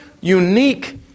unique